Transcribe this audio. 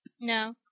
No